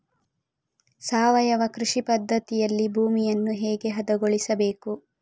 ಸಾವಯವ ಕೃಷಿ ಪದ್ಧತಿಯಲ್ಲಿ ಭೂಮಿಯನ್ನು ಹೇಗೆ ಹದಗೊಳಿಸಬೇಕು?